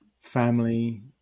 family